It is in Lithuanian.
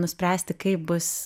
nuspręsti kaip bus